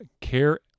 Care